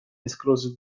discloses